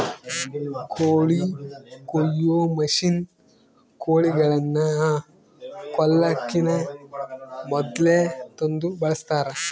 ಕೋಳಿ ಕೊಯ್ಯೊ ಮಷಿನ್ನ ಕೋಳಿಗಳನ್ನ ಕೊಲ್ಲಕಿನ ಮೊದ್ಲೇ ತಂದು ಬಳಸ್ತಾರ